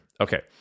okay